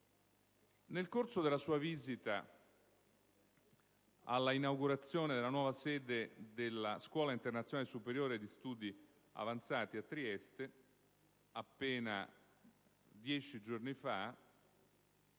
Nel corso della sua visita per l'inaugurazione della nuova sede della Scuola internazionale superiore di studi avanzati a Trieste, appena dieci giorni fa,